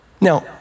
Now